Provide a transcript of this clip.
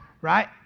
right